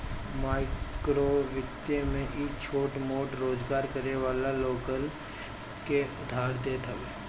माइक्रोवित्त में इ छोट मोट रोजगार करे वाला लोगन के उधार देत हवे